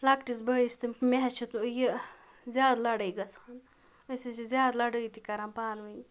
لَکٹِس بٲیِس تہِ مےٚ حظ چھِ یہِ زیادٕ لَڑٲے گَژھان أسۍ حظ چھِ زیادٕ لَڑٲے تہِ کَران پان ؤنۍ